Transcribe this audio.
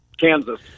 Kansas